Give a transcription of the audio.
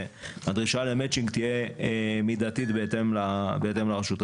והדרישה למצ'ינג תהיה מידתית בהתאם לרשות.